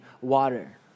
water